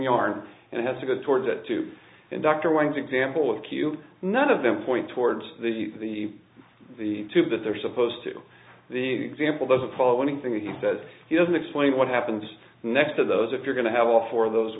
yarn and it has to go towards that to dr wang's example of q none of them point towards the the tube that they're supposed to the example doesn't follow anything he says he doesn't explain what happened next to those if you're going to have all four of those